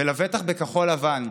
ולבטח בכחול לבן,